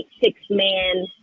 six-man